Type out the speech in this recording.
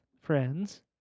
friends